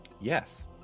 Yes